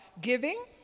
giving